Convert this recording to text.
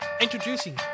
Introducing